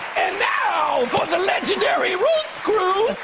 and now for the legendary roots crew